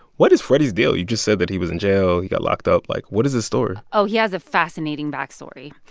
what is freddy's deal? you just said that he was in jail. he got locked up. like, what is his story? oh, he has a fascinating backstory.